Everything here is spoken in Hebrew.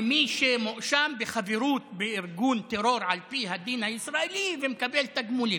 למי שמואשם בחברות בארגון טרור על פי הדין הישראלי ומקבל תגמולים.